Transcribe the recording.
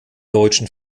deutschen